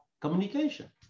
communication